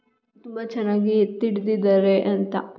ತುಂಬ ಚೆನ್ನಾಗಿ ಎತ್ತಿ ಹಿಡ್ದಿದ್ದಾರೆ ಅಂತ